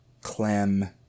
Clem